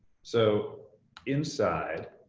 so inside.